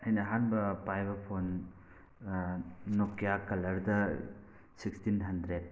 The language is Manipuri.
ꯑꯩꯅ ꯑꯍꯥꯟꯕ ꯄꯥꯏꯕ ꯐꯣꯟ ꯅꯣꯀꯤꯌꯥ ꯀꯂꯔꯗ ꯁꯤꯛꯁꯇꯤꯟ ꯍꯟꯗ꯭ꯔꯦꯠ